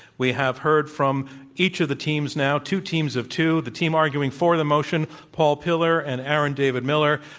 we have heard from each of the teams now two teams of two. the team arguing for the motion, paul pillar and aaron david miller,